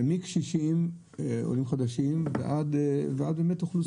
זה מקשישים ועולים חדשים ועד אוכלוסיות.